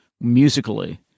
musically